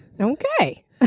Okay